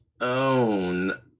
own